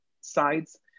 sides